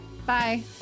Bye